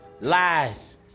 Lies